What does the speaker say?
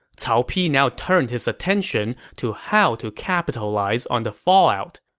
cao pi now turned his attention to how to capitalize on the fallout.